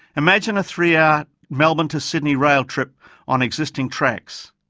imagine a three hour melbourne to sydney rail trip on existing tracks.